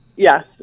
Yes